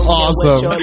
awesome